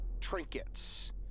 trinkets